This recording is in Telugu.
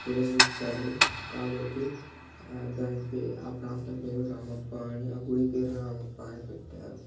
వెలసించాడు కాబట్టి దానికి ఆ ప్రాంతం పేరు రామప్ప అని ఆ గుడి పేరు రామప్ప అని పెట్టారు